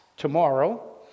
tomorrow